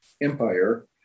empire